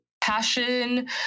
passion